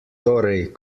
torej